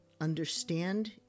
Understand